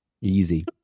Easy